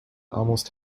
almost